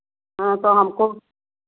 हाँ तो हमको